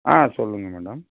ஆ சொல்லுங்க மேடம்